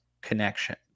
connection